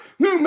New